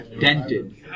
dented